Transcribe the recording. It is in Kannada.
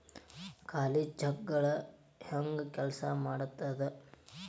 ಖಾಲಿ ಚೆಕ್ಗಳ ಹೆಂಗ ಕೆಲ್ಸಾ ಮಾಡತದ?